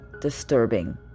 disturbing